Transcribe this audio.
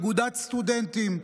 אגודת סטודנטים,